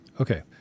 Okay